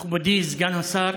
מכובדי סגן השר,